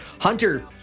Hunter